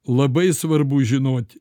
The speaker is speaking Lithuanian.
labai svarbu žinoti